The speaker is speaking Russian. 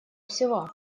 всего